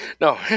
No